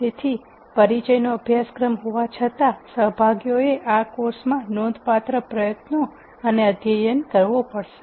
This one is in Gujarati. તેથી પરિચય નો અભ્યાસક્રમ હોવા છતાં સહભાગીઓએ આ કોર્સ મા નોંધપાત્ર પ્રયત્નો અને અધ્યયન કરવો પડશે